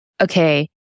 okay